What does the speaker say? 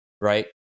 Right